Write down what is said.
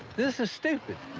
this is stupid.